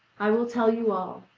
i will tell you all.